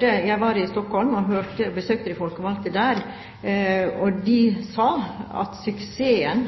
Jeg var i Stockholm og besøkte de folkevalgte der, og de sa at suksessen